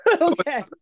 okay